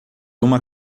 uma